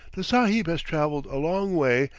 the sahib has travelled a long way,